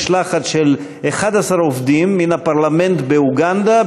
משלחת של 11 עובדים מן הפרלמנט באוגנדה,